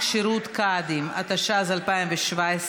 איסור השטת כלי שיט תחת השפעת אלכוהול וסמים),